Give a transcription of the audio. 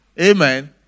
Amen